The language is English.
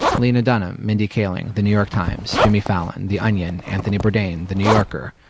lena dunham, mindy kaling, the new york times, jimmy fallon, the onion, anthony bourdain, the new yorker,